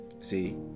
See